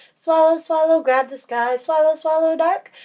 swallow, swallow, grab the sky. swallow, swallow, dark.